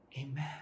amen